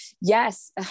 yes